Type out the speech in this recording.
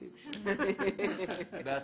בהצלחה.